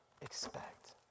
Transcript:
expect